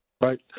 Right